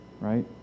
Right